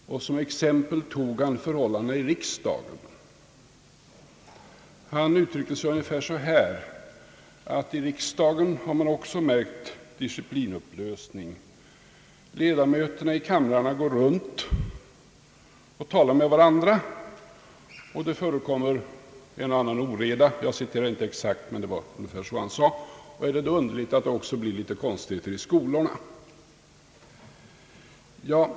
Som exempel tog han förhållandena i riksdagen och uttryckte sig ungefär så, att även i riksdagen har man märkt en disciplinupplösning. Ledamöterna i kamrarna går runt och talar med varandra och det förekommer en viss oreda — jag citerar nu inte exakt. är det då underligt, tyckte han, att det blir en del konstigheter även i skolorna?